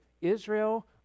Israel